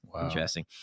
interesting